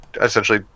essentially